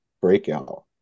breakout